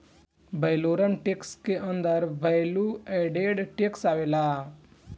valorem tax के अंदर value added tax आवेला